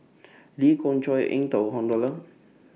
Lee Khoon Choy Eng Tow Han Lao DA